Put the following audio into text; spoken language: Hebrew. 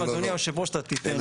אם אדוני היו"ר אתה תתן.